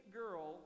girl